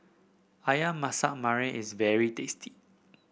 ayam Masak Merah is very tasty